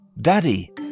Daddy